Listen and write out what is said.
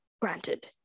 granted